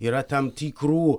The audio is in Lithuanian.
yra tam tikrų